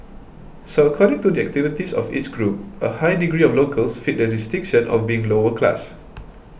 so according to the activities of each group a high degree of locals fit the distinction of being lower class